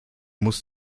muss